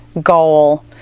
goal